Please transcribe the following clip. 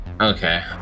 okay